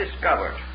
discovered